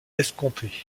escompté